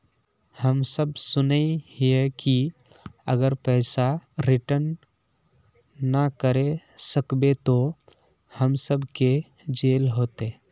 हम सब सुनैय हिये की अगर पैसा रिटर्न ना करे सकबे तो हम सब के जेल होते?